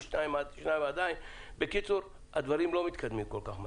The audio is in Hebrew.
ושתיים - הדברים לא מתקדמים כל כך מהר.